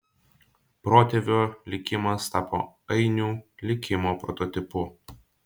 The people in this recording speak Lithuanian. protėvio likimas tapo ainių likimo prototipu